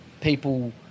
people